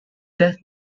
death